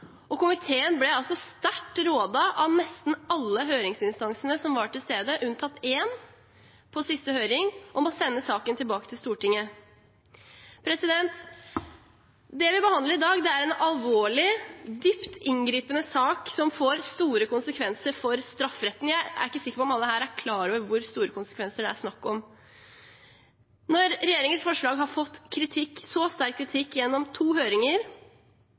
forslag. Komiteen ble av nesten alle høringsinstansene – unntatt én – som var til stede på siste høring, sterkt rådet til å sende saken tilbake til regjeringen. Det vi behandler i dag, er en alvorlig, dypt inngripende sak, som får store konsekvenser for strafferetten. Jeg er ikke sikker på om alle her er klar over hvor store konsekvenser det er snakk om. Når regjeringens forslag har fått så sterk kritikk i to høringer,